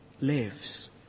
lives